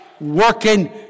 Working